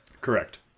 Correct